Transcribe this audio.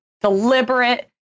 deliberate